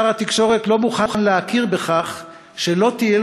שר התקשורת לא מוכן להכיר בכך שלא תהיה